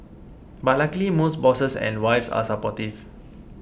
but luckily most bosses and wives are supportive